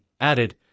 added